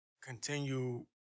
continue